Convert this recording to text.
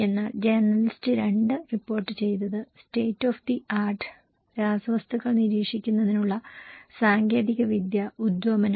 എന്നാൽ journalist 2 report ചെയ്തത് state of the art രാസവസ്തുക്കൾ നിരീക്ഷിക്കുന്നതിനുള്ള സാങ്കേതികവിദ്യ ഉദ്വമനം